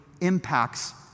impacts